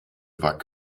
war